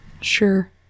Sure